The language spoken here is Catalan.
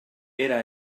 era